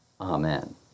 Amen